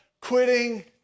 quitting